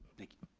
thank you.